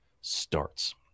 starts